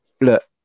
Look